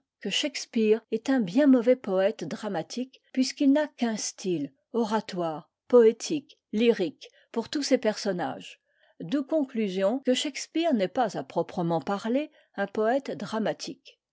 que shakespeare est un bien mauvais poète dramatique puisqu'il n'a qu'un style oratoire poétique lyrique pour tous ses personnages d'où conclusion que shakespeare n'est pas à proprement parler un poète dramatique